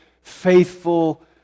faithful